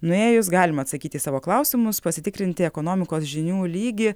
nuėjus galima atsakyti į savo klausimus pasitikrinti ekonomikos žinių lygį